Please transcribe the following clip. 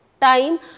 time